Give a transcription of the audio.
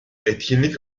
etkinlik